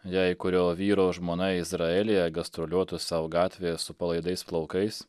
jei kurio vyro žmona izraelyje gastroliuotų sau gatvėje su palaidais plaukais